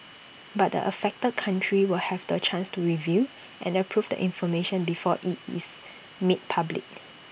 but the affected country will have the chance to review and approve the information before IT is made public